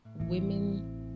women